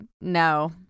no